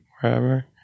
wherever